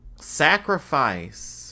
sacrifice